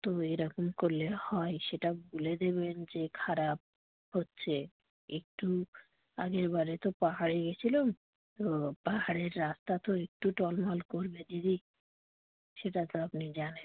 তবু এই রকম করলে হয় সেটা বলে দেবেন যে খারাপ হচ্ছে একটু আগেরবারে তো পাহাড়ে গিয়েছিলাম তো পাহাড়ের রাস্তা তো একটু টলমল করবে দিদি সেটা তো আপনি জানেন